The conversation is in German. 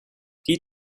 die